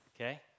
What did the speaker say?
Okay